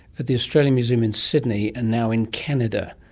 at the australian museum in sydney, and now in canada.